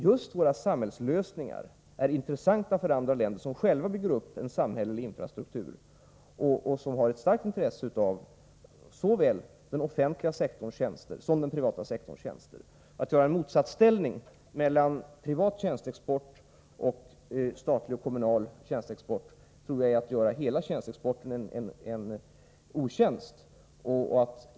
Just våra samhällslösningar är intressanta för andra länder som själva bygger upp en samhällelig infrastruktur och som har ett starkt intresse av såväl den offentliga sektorns tjänster som den privata sektorns tjänser. Att dra upp en motsatsställning mellan privat tjänsteexport å ena sidan och statlig och kommunal tjänsteexport å andra sidan tror jag är att göra tjänsteexporten en otjänst.